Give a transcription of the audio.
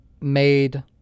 made